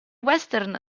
western